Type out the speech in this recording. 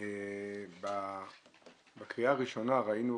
בקריאה הראשונה.